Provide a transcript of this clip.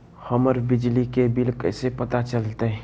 हमर बिजली के बिल कैसे पता चलतै?